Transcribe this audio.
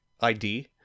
ID